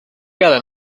got